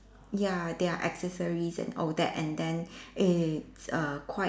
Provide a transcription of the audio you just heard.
ya their accessories and all that and then it's err quite